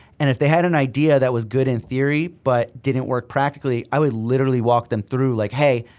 and if they had an idea that was good in theory but didn't work practically, i would literally walk them through like, hey,